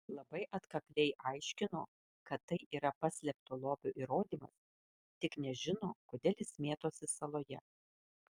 labai atkakliai aiškino kad tai yra paslėpto lobio įrodymas tik nežino kodėl jis mėtosi saloje